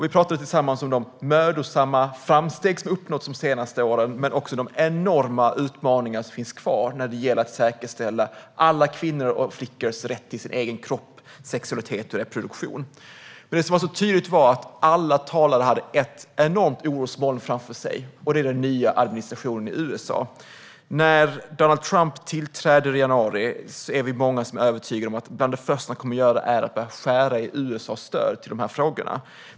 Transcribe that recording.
Vi pratade tillsammans om de framsteg som mödosamt uppnåtts de senaste åren, men också om de enorma utmaningar som finns kvar när det gäller att säkerställa alla kvinnors och flickors rätt till sin egen kropp, sexualitet och reproduktion. Det som var så tydligt var att alla talare hade ett enormt orosmoln framför sig: den nya administrationen i USA. När Donald Trump tillträder i januari är vi många som är övertygade om att bland det första han kommer att göra är att börja skära i USA:s stöd i de här frågorna.